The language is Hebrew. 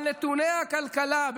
אבל נתוני הכלכלה,